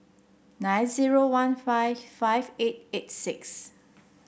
nine zero one five five eight eight six